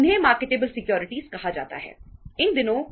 उन्हें marketable securities के रूप में बना सकते हैं